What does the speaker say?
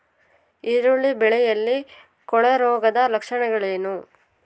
ಈರುಳ್ಳಿ ಬೆಳೆಯಲ್ಲಿ ಕೊಳೆರೋಗದ ಲಕ್ಷಣಗಳೇನು?